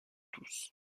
tous